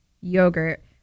yogurt